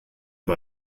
bei